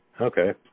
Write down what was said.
Okay